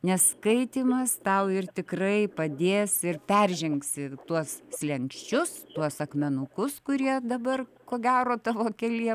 nes skaitymas tau ir tikrai padės ir peržengsi tuos slenksčius tuos akmenukus kurie dabar ko gero tavo kelyje